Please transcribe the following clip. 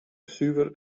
suver